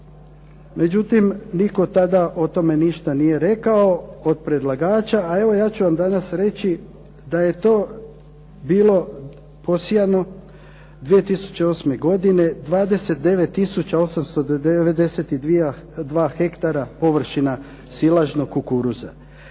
Međutim, nitko tada o tome ništa nije rekao od predlagača, a evo ja ću vam danas reći da je to bilo posijano 2008. godine 29 tisuća 892 hektara površina silažnjog kukuruza.